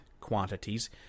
quantities